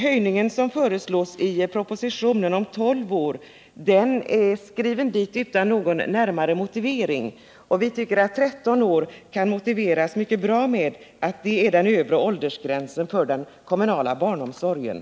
Den höjning som föreslås i propositionen, nämligen till 12 år, har inte fått någon närmare motivering. Vi anser att 13 år mycket bra kan motiveras med att det är den övre åldersgränsen för den kommunala barnomsorgen.